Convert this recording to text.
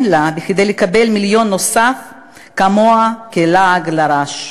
נוספים מול הוצאת מיליון שאין לה כמוה כלעג לרש.